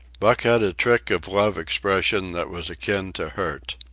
buck had a trick of love expression that was akin to hurt.